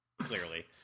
Clearly